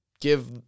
give